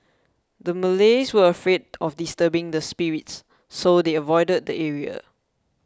the Malays were afraid of disturbing the spirits so they avoided the area